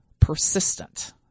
persistent